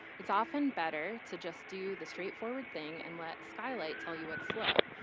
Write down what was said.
it's often better to just do the straightforward thing and let skylight tell you what's slow,